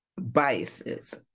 biases